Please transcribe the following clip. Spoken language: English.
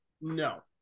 No